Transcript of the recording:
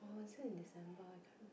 or is it in December I can't